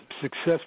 success